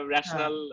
Rational